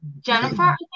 Jennifer